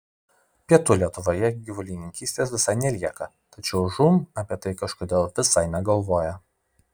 pietų lietuvoje gyvulininkystės visai nelieka tačiau žūm apie tai kažkodėl visai negalvoja